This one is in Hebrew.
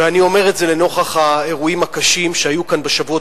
ואני אומר את זה לנוכח האירועים הקשים שהיו כאן בשבועות